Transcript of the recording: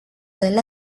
del